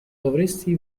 dovresti